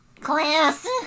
Class